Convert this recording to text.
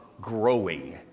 growing